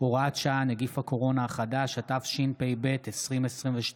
התשפ"ב 2022,